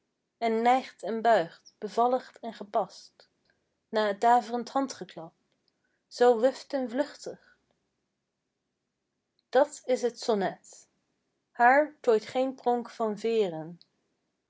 neigt en buigt bevallig en gepast na t daverend handgeklap zoo wuft en vluchtig dat is t sonnet haar tooit geen pronk van veeren